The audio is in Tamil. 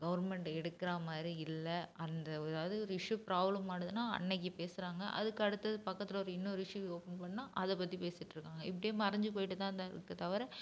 கவர்மெண்ட் எடுக்கிற மாதிரி இல்லை அந்த ஒரு எதாவது ஒரு இஸ்யு ப்ராப்ளம் ஆனதுன்னா அன்னைக்கு பேசுறாங்க அதற்கடுத்தது பக்கத்தில் ஒரு இன்னொரு இஸ்யு ஓப்பன் பண்ணா அதை பற்றி பேசிகிட்டு இருக்காங்க இப்படியே மறைஞ்சு போயிகிட்டு தான் இருக்கே தவர